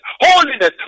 holiness